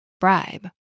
Bribe